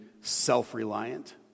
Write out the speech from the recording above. self-reliant